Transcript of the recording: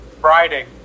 Friday